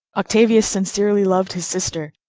octavius sincerely loved his sister,